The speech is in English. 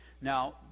Now